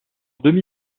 demi